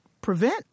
prevent